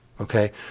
okay